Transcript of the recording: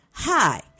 Hi